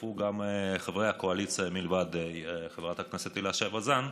הצטרפו גם חברי קואליציה מלבד חברת הכנסת הילה שי וזאן,